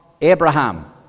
Abraham